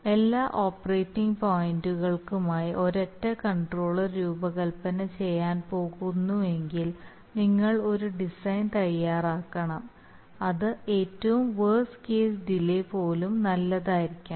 എല്ലാ ഓപ്പറേറ്റിംഗ് പോയിന്റുകൾക്കുമായി ഒരൊറ്റ കൺട്രോളർ രൂപകൽപ്പന ചെയ്യാൻ പോകുന്നുവെങ്കിൽ നിങ്ങൾ ഒരു ഡിസൈൻ തയ്യാറാക്കണം അത് ഏറ്റവും വർസ്റ്റ് കേസ് ഡിലേ പോലും നല്ലതായിരിക്കണം